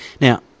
Now